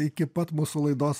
iki pat mūsų laidos